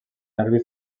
nervi